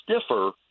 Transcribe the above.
stiffer